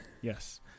Yes